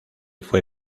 fue